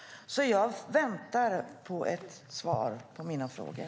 Jag förväntar mig ett svar på mina frågor.